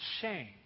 shame